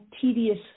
tedious